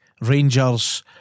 Rangers